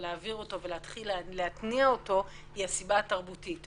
להעביר אותו ולהתחיל להתניע אותו היא הסיבה התרבותית.